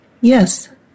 Yes